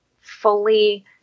fully